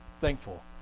thankful